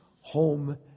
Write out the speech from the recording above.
home